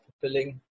fulfilling